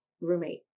roommate